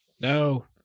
No